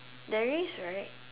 there is right